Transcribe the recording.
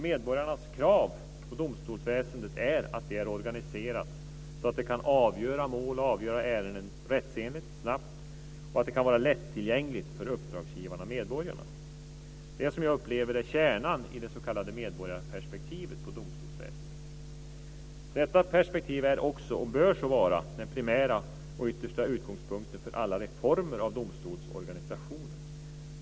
Medborgarnas krav på domstolsväsendet är att det är organiserat så att det kan avgöra mål och ärenden rättsenligt och snabbt och att det är lättillgängligt för uppdragsgivarna, dvs. medborgarna. Det upplever jag är kärnan i det s.k. medborgarperspektivet på domstolsväsendet. Detta perspektiv är också, och bör så vara, det primära och den yttersta utgångspunkten för alla reformer av domstolsorganisationen.